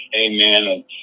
Amen